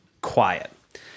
quiet